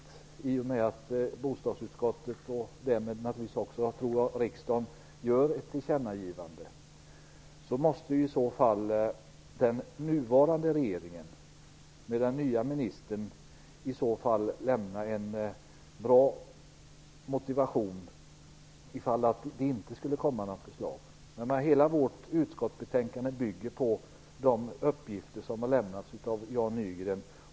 I och med att bostadsutskottet och därmed riksdagen gör ett tillkännagivande måste den nuvarande regeringen och den nye ministern i så fall lämna en bra motivation om det inte skulle komma något förslag. Hela vårt utskottsbetänkande bygger på de uppgifter som har lämnats av Jan Nygren.